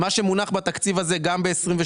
מה שמונח בתקציב הזה גם ב-23',